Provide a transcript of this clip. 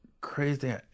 Crazy